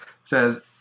says